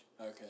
Okay